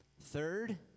third